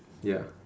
ya